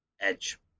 Edge